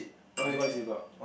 okay what is it about